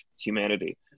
humanity